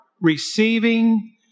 receiving